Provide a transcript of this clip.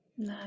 no